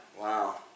Wow